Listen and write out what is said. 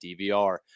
dvr